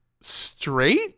straight